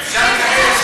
אפשר לקבל,